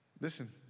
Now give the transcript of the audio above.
listen